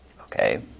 Okay